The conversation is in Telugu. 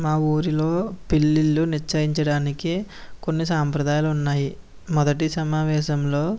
మా ఊరిలో పెళ్లిళ్లు నిశ్చయించాడానికి కొన్ని సాంప్రదాయాలు ఉన్నాయి మొదటి సమావేశంలో